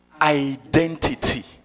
Identity